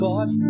God